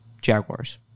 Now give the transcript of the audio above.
Jaguars